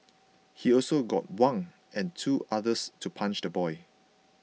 he also got Wang and two others to punch the boy